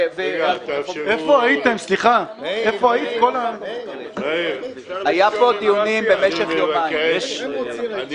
איפה היית כל ה --- היו פה דיונים במשל יומיים --- אני